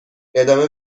ادامه